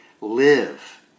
live